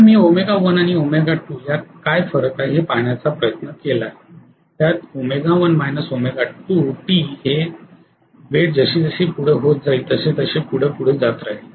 तर मी आणि यात काय फरक आहे हे पाहण्याचा प्रयत्न केल्यास त्यात t हे वेळ जसजशी पुढे होत जाईल तसतसे पुढे पुढे जात राहिल